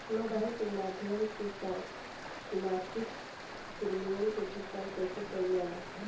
Mobile के माध्यम से मासिक प्रीमियम के भुगतान कैसे कइल जाला?